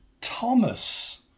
Thomas